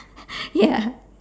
ya